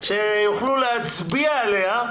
זה נותן אופציה שיוכלו להצביע עליה.